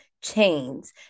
chains